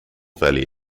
valley